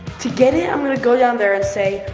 to get it, i'm gonna go down there and say,